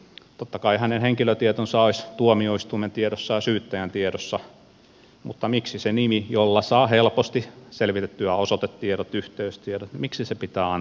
totta kai hänen henkilötietonsa olisivat tuomioistuimen tiedossa ja syyttäjän tiedossa mutta miksi se nimi jolla saa helposti selvitettyä osoitetiedot yhteystiedot pitää antaa tälle rikoksentekijälle